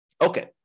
Okay